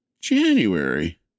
January